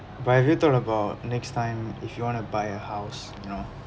but have you thought about next time if you want to buy a house you know